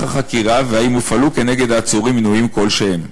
החקירה והאם הופעלו כנגד העצורים עינויים כלשהם".